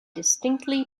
distinctly